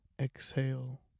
exhale